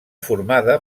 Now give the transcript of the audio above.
formada